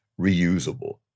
reusable